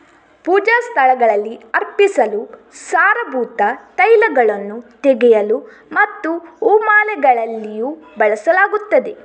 ಪೂಜಾ ಸ್ಥಳಗಳಲ್ಲಿ ಅರ್ಪಿಸಲು, ಸಾರಭೂತ ತೈಲಗಳನ್ನು ತೆಗೆಯಲು ಮತ್ತು ಹೂ ಮಾಲೆಗಳಲ್ಲಿಯೂ ಬಳಸಲಾಗುತ್ತದೆ